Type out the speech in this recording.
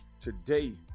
Today